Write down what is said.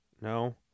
No